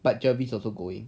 but job is also going